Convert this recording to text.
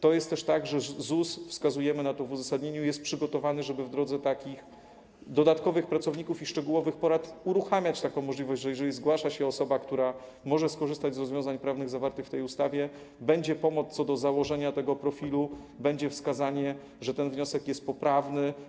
To jest też tak, że ZUS, wskazujemy na to w uzasadnieniu, jest przygotowany, żeby przez dodatkowych pracowników i szczegółowe porady uruchamiać taką możliwość, żeby - jeżeli zgłasza się osoba, która może skorzystać z rozwiązań prawnych zawartych w tej ustawie - była pomoc w założeniu tego profilu, było wskazanie, że ten wniosek jest poprawny.